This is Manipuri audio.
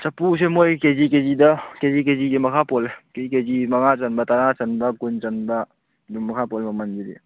ꯆꯐꯨꯁꯦ ꯃꯣꯏ ꯀꯦ ꯖꯤ ꯀꯦ ꯖꯤꯗ ꯀꯦ ꯖꯤ ꯀꯦ ꯖꯤꯒꯤ ꯃꯈꯥ ꯄꯣꯜꯂꯤ ꯀꯦ ꯖꯤ ꯀꯦ ꯖꯤꯒꯤ ꯃꯉꯥ ꯆꯟꯕ ꯇꯔꯥ ꯆꯟꯕ ꯀꯨꯟ ꯆꯟꯕ ꯑꯗꯨꯝ ꯃꯈꯥ ꯄꯣꯜꯂꯦ ꯃꯃꯜꯁꯤꯗꯤ